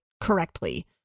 correctly